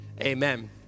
amen